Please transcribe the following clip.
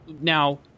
Now